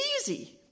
easy